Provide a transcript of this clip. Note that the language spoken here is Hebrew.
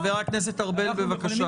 חבר הכנסת ארבל, בבקשה.